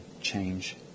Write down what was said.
change